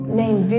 named